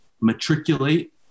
matriculate